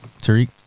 Tariq